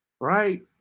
Right